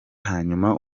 hanyuma